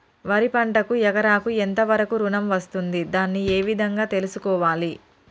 వరి పంటకు ఎకరాకు ఎంత వరకు ఋణం వస్తుంది దాన్ని ఏ విధంగా తెలుసుకోవాలి?